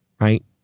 right